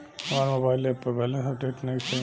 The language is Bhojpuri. हमार मोबाइल ऐप पर बैलेंस अपडेट नइखे